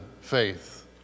faith